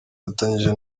bafatanije